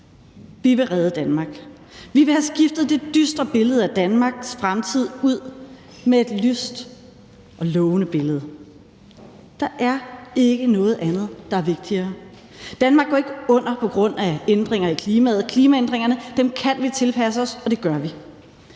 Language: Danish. vi vil redde Danmark. Vi vil have skiftet det dystre billede af Danmarks fremtid ud med et lyst og lovende billede. Der er ikke noget andet, der er vigtigere. Danmark går ikke under på grund af ændringer i klimaet. Klimaændringerne kan vi tilpasse os, og det gør vi.